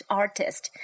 artist